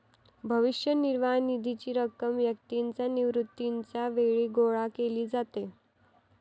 भविष्य निर्वाह निधीची रक्कम व्यक्तीच्या निवृत्तीच्या वेळी गोळा केली जाते